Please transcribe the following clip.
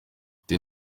ati